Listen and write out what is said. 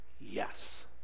Yes